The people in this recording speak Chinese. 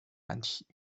软体